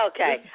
Okay